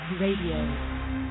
radio